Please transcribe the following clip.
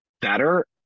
better